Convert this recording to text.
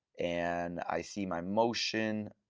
and i see my motion.